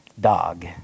dog